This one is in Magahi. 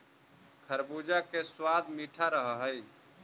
खरबूजा के सबाद मीठा रह हई